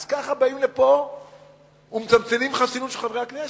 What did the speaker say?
אז ככה באים לפה ומצמצמים חסינות של חברי הכנסת?